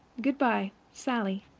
good-by, sallie.